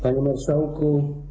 Panie Marszałku!